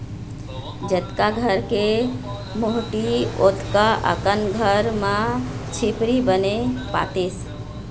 जतका घर के मोहाटी ओतका अकन घर म झिपारी बने पातेस